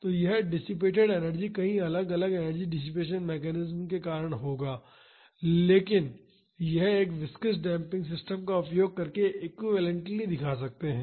तो यह dissipated energy कई अलग अलग एनर्जी डिसिपेसन मैकेनिज्म के कारण होगा लेकिन हम एक विस्कॉस डेम्पिंग सिस्टम का उपयोग करके एक्विवैलेंटली दिखा सकते हैं